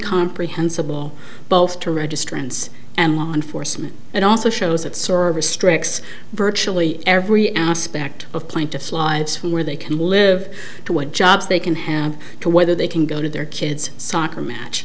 comprehensible both to registrants and law enforcement and also shows that service tricks virtually every aspect of plaintiff's lives from where they can live to what jobs they can have to whether they can go to their kid's soccer match